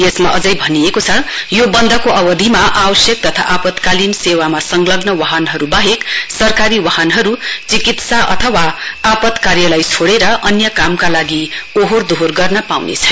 यसमा अझै भनिएको छ यो वन्दको अवधिमा आवश्यक तथा आपतकालीन सेवामा संलग्न वाहनहरु वाहेक सरकारी वाहनहरु चिकित्सा अथवा अन्य आपतकार्यलाई छोइन अन्य कामका लागि ओहोर दोहोर गर्न पाउनेछैनन्